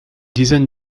dizaine